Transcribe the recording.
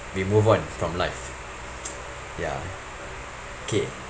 we move on from life ya okay